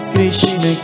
Krishna